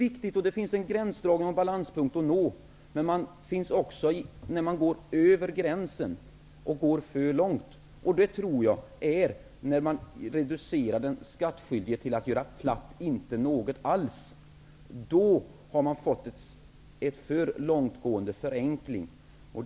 Det finns en gränsdragning och en balanspunkt att nå innan man går över gränsen och går för långt. Det tror jag sker när man reducerar den skattskyldige till att göra platt intet. Då har vi fått en för långtgående förenkling.